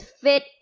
fit